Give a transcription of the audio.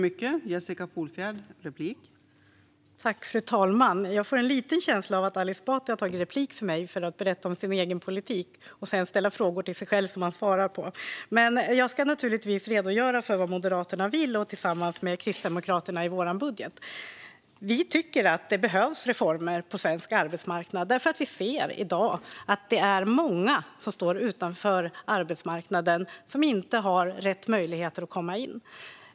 Fru talman! Jag får en liten känsla av att Ali Esbati har begärt replik på mitt anförande för att berätta om sin egen politik. Han ställer frågor till sig själv som han svarar på. Men jag ska naturligtvis redogöra för vad vi i Moderaterna tillsammans med Kristdemokraterna vill i vår budget. Vi tycker att det behövs reformer på svensk arbetsmarknad. Vi ser nämligen i dag att det är många som står utanför arbetsmarknaden som inte har rätt möjligheter att komma in.